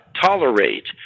tolerate